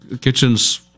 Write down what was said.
kitchen's